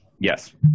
yes